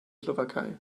slowakei